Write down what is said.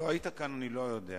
למה לא היית כאן אני לא יודע,